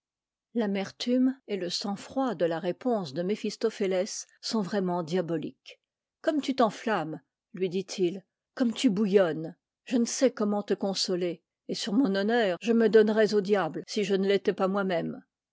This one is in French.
l'amertume et le sang-froid de la réponse de méphistophé ès sont vraiment diaboliques comme tu t'enflammes lui dit i comme tu bouillonnes je ne sais comment te consoler et sur mon honneur je me donnerais au diable si je ne l'étais pas moi-même